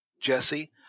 Jesse